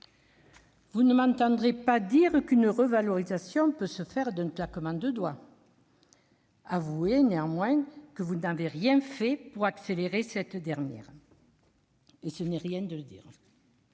Vous ne m'entendrez pas dire qu'une revalorisation peut se faire d'un claquement de doigts. Avouez, néanmoins, que vous n'avez rien fait pour accélérer cette dernière, et ce n'est rien de le dire.